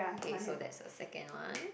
K so that's the second one